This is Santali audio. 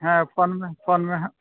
ᱦᱮᱸ ᱯᱷᱳᱱ ᱢᱮ ᱯᱷᱳᱱ ᱢᱮᱦᱟᱜ